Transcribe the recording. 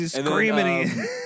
screaming